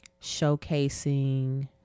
showcasing